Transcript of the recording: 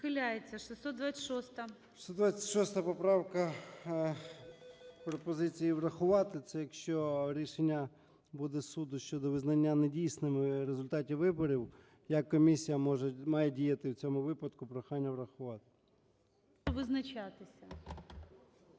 626 поправка, пропозиція її врахувати. Це якщо рішення буде суду щодо визнання недійсними результатів виборів, як комісія може, має діяти в цьому випадку. Прохання врахувати.